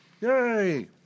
Yay